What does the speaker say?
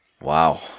Wow